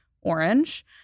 orange